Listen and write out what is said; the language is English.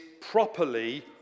properly